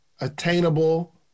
attainable